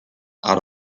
out